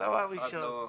הסמל הראשון.